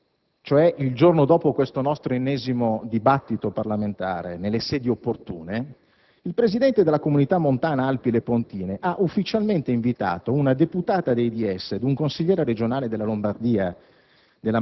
cioè il giorno dopo questo nostro ennesimo dibattito parlamentare, svolto nelle sedi opportune, il presidente della comunità montana Alpi Lepontine ha ufficialmente invitato una deputata dei DS ed un consigliere regionale della Lombardia